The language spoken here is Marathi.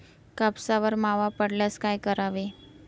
कापसावर मावा पडल्यास काय करावे?